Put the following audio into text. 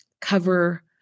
cover